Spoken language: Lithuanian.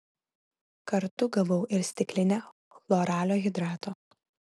kartu gavau ir stiklinę chloralio hidrato